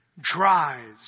dries